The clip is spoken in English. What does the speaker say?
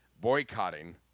boycotting